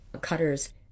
cutters